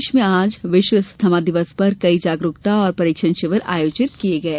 प्रदेशभर में आज विश्व अस्थमा दिवस पर कई जागरुकता और परीक्षण शिविर आयोजित किये गये